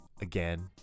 again